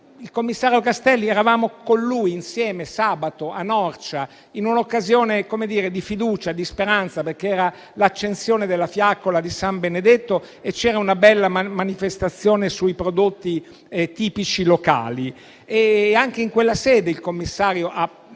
il commissario Castelli sabato, a Norcia, in un'occasione di fiducia e di speranza, per l'accensione della fiaccola di San Benedetto, in una bella manifestazione sui prodotti tipici locali. Anche in quella sede il commissario ha